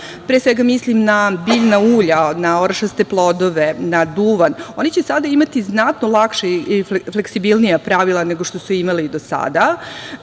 tu mislim na biljna ulja, na orašaste plodove, na duvan, oni će sada imati znatno lakša i fleksibilnija pravila, nego što su imali do sada.